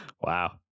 Wow